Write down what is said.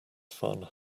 fun